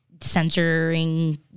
Censoring